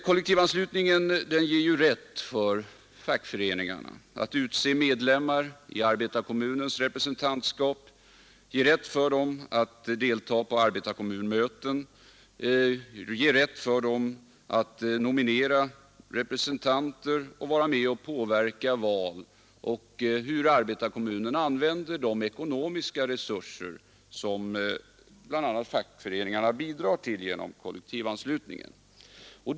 Kollektivanslutningen ger ju rätt för fackföreningarna att utse medlemmar i arbetarkommunens representantskap och ger rätt för medlemmarna att delta i arbetarkommunens möten, att nominera representanter och påverka val av förtroendemän. Det ger dem också rätt att vara med och besluta om användningen av de ekonomiska resurser som bl.a. fackföreningarna bidrar till genom kollektivanslutningen.